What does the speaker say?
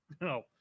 No